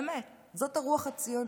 באמת, זאת הרוח הציונית.